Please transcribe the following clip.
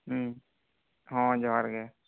ᱦᱚᱸ ᱡᱚᱦᱟᱨ ᱜᱮ